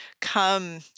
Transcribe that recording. come